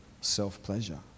self-pleasure